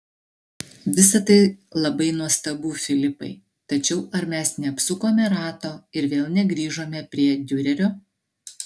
visa tai labai nuostabu filipai tačiau ar mes neapsukome rato ir vėl negrįžome prie diurerio